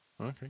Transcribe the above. Okay